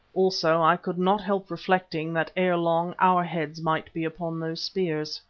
also i could not help reflecting that ere long our heads might be upon those spears.